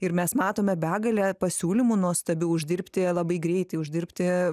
ir mes matome begalę pasiūlymų nuostabių uždirbti labai greitai uždirbti